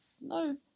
no